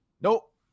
Nope